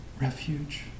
refuge